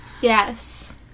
yes